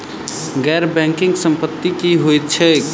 गैर बैंकिंग संपति की होइत छैक?